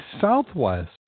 southwest